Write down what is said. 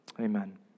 Amen